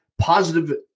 positive